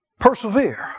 Persevere